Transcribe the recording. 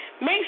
make